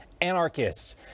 anarchists